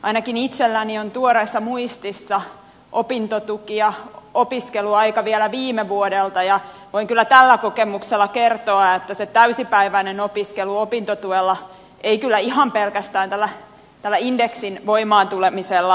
ainakin itselläni on tuoreessa muistissa opintotuki ja opiskeluaika vielä viime vuodelta ja voin kyllä tällä kokemuksella kertoa että se täysipäiväinen opiskelu opintotuella ei ihan pelkästään tällä indeksin voimaan tulemisella hoidu